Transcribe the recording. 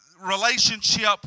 relationship